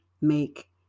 make